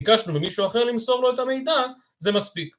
ביקשנו ממישהו אחר למסור לו את המידע, זה מספיק